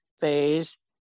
phase